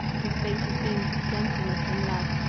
whose faces beamed with gentleness and love,